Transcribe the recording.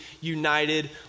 united